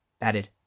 added